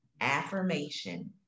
affirmation